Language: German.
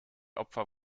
opfer